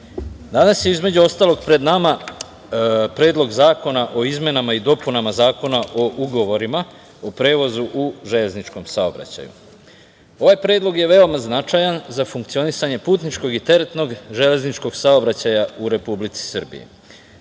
danas je, između ostalog, pred nama Predlog zakona o izmenama i dopunama Zakona o ugovorima o prevozu u železničkom saobraćaju. Ovaj predlog je veoma značajan za funkcionisanje putničkog i teretnog železničkog saobraćaja u Republici Srbiji.